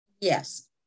Yes